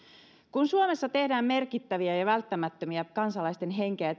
kun suomessa tehdään merkittäviä ja välttämättömiä kansalaisten henkeä